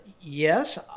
yes